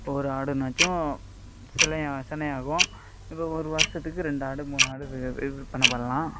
இப்போ ஒரு ஆடுனாச்சும் சினை சினை ஆகும் இப்போ ஒரு வருஷத்துக்கு ரெண்டு ஆடு மூணு ஆடு விற்பனை பண்ணலாம்